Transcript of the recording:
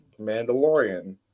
mandalorian